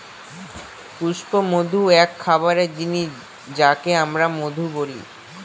পুষ্পমধু এক খাবারের জিনিস যাকে আমরা মধু বলি